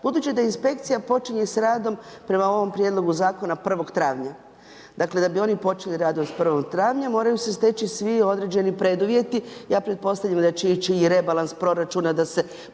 budući da inspekcija počinje s radom prema ovom prijedlogu zakona 1. travnja, dakle, da bi oni počeli rad 1. travnja, moraju se steći svi određeni preduvjeti, ja pretpostavljam da će ići i rebalas proračuna da se